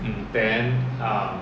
mm